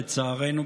לצערנו,